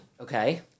Okay